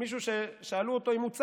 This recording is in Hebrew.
מישהו ששאלו אותו אם הוא צם,